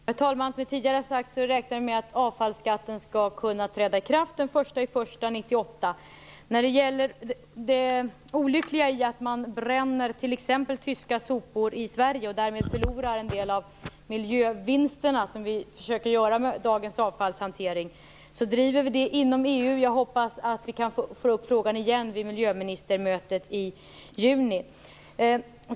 Herr talman! Som vi tidigare har sagt räknar vi med att avfallsskatten skall kunna träda i kraft den 1 Det är olyckligt att man bränner t.ex. tyska sopor i Sverige och därmed förlorar en del av de miljövinster som vi försöker få med dagens avfallshantering. Den här frågan driver vi inom EU. Jag hoppas att vi får upp frågan igen vid miljöministermötet i juni.